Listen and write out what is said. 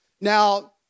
now